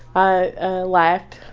i laughed,